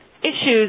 issues